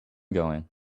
going